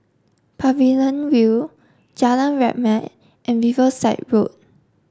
Pavilion View Jalan Rahmat and Riverside Road